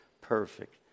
perfect